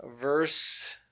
verse